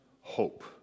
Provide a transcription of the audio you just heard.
hope